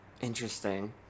Interesting